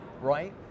Right